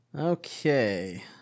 Okay